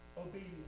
obedience